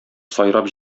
сайрап